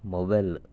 mobile